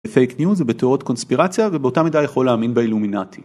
בפייק ניוז ובתיאוריות קונספירציה ובאותה מידה יכול להאמין באילומינטי.